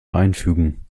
einfügen